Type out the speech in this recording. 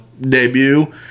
debut